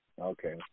okay